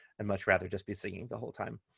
and much rather just be singing the whole time.